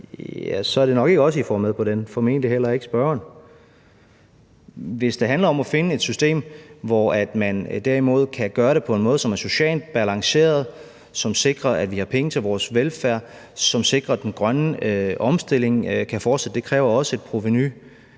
så er det nok ikke os, I får med på det, formentlig heller ikke spørgeren. Hvis det handler om at finde et system, hvor man derimod kan gøre det på en måde, som er social balanceret, som sikrer, at vi har penge til vores velfærd, og som sikrer, at den grønne omstilling kan fortsætte – det kræver også et provenu